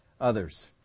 others